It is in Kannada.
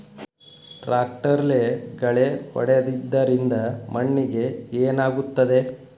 ಟ್ರಾಕ್ಟರ್ಲೆ ಗಳೆ ಹೊಡೆದಿದ್ದರಿಂದ ಮಣ್ಣಿಗೆ ಏನಾಗುತ್ತದೆ?